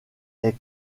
est